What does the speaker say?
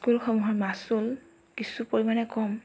স্কুলসমূহৰ মাচুল কিছু পৰিমাণে কম